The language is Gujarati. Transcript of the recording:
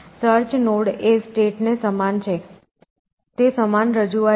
સર્ચ નોડ એ સ્ટેટ ને સમાન છે તે સમાન રજૂઆત છે